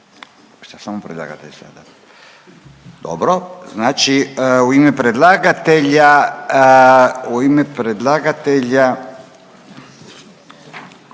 Šta samo predlagatelj sada? Dobro. Znači u ime predlagatelja